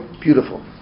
beautiful